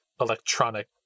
electronic